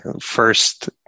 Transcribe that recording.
First